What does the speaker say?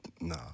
No